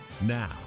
Now